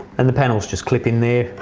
and the panels just click in there.